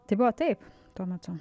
tai buvo taip tuo metu